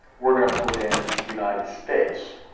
we're gonna put in united states.